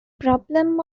problem